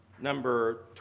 number